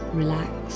relax